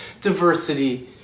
diversity